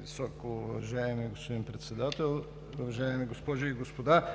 Високоуважаеми господин Председател, уважаеми госпожи и господа!